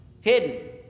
Hidden